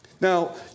Now